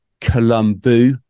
Colombo